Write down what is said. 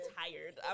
tired